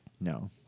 no